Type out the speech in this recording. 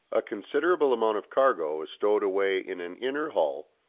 a considerable amount of cargo is stowed away in an inner hull,